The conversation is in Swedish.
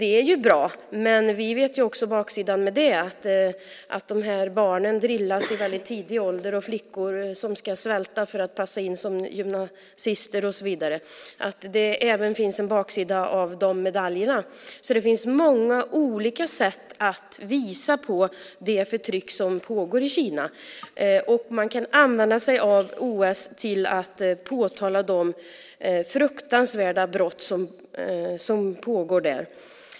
Det är bra, men vi vet också baksidan med den saken. Barnen drillas i tidig ålder, flickor svälter för att passa in som gymnaster, och så vidare. Det finns en baksida på dessa medaljer. Det finns många olika sätt att visa på det förtryck som pågår i Kina. Man kan använda sig av OS till att påtala de fruktansvärda brott som pågår där.